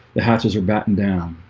the hatches are batten down.